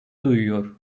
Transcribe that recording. duyuyor